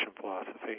philosophy